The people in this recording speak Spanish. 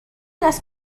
las